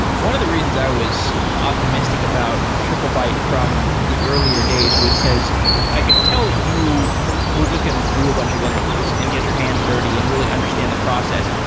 one of the reasons i was optimistic about triplebyte from the earlier days was because i could tell that you were just going to do a bunch of interviews and get your hands dirty and really understand the process,